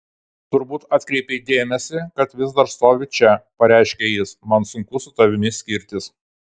turbūt atkreipei dėmesį kad vis dar stoviu čia pareiškia jis man sunku su tavimi skirtis